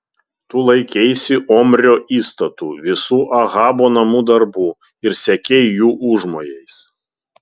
tu laikeisi omrio įstatų visų ahabo namų darbų ir sekei jų užmojais